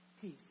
peace